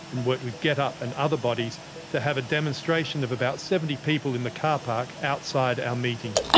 and worked with getup and other bodies to have a demonstration of about seventy people in the car park outside our meeting.